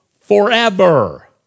forever